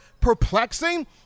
perplexing